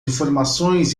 informações